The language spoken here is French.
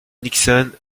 nixon